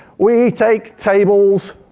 we take tables.